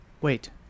Wait